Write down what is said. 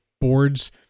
boards